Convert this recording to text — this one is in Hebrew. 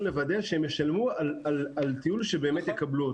לוודא שהם ישלמו על טיול שהם באמת יקבלו אותו.